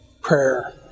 prayer